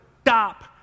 stop